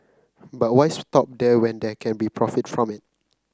but why stop there when they can be profit from it